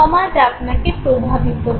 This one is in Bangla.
সমাজ আপনাকে প্রভাবিত করে